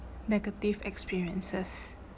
negative experiences